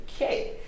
okay